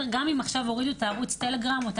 גם אם עכשיו הורידו את ערוץ הטלגרם או את